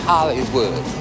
Hollywood